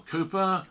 Cooper